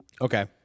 Okay